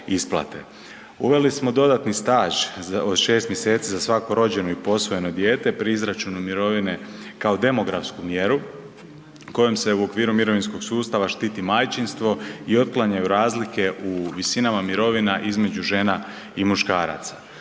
Uveli smo dodatni staž od 6 mjeseci za svako rođeno i posvojeno dijete pri izračunu mirovine kao demografsku mjeru kojom se u okviru mirovinskog sustava štiti majčinstvo i otklanjaju razlike u visinama mirovina između žena i muškaraca.